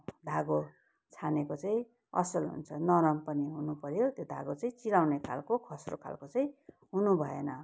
धागो छानेको चाहिँ असल हुन्छ नरम पनि हुनुपऱ्यो त्यो धागो चाहिँ चिलाउने खालको खस्रो खालको चाहिँ हुनु भएन